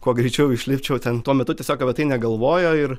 kuo greičiau išlipčiau ten tuo metu tiesiog apie tai negalvojo ir